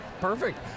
Perfect